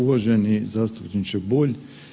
Uvaženi zastupniče Bulj.